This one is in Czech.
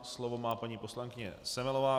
Slovo má paní poslankyně Semelová.